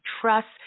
trust